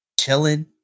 chilling